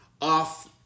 off